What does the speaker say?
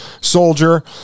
Soldier